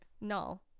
no